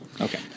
Okay